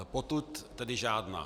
Potud tedy žádná.